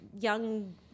young